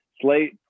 slate